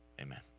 amen